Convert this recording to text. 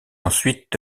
ensuite